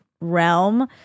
realm